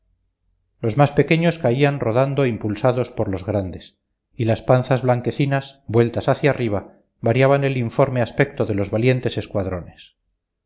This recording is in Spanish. los más pequeños caían rodando impulsados por los grandes y las panzas blanquecinas vueltas hacia arriba variaban el informe aspecto de los valientes escuadrones